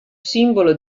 simbolo